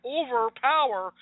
overpower